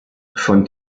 von